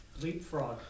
leapfrog